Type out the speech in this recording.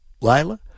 Lila